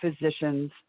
physicians